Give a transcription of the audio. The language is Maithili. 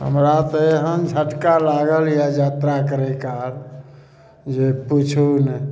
हमरा तऽ एहन झटका लागल यऽ यात्रा करै काल जे पुछू नहि